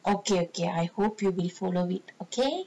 okay okay I hope you will follow it okay